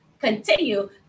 continue